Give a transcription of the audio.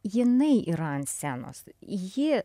jinai yra ant scenos ji